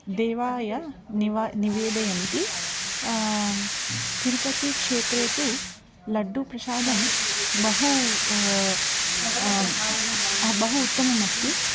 देवाय निवा निवेदयन्ति तिरुपतिक्षेत्रे तु लड्डुप्रसादः बहु बहु उत्तमः स्ति